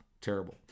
terrible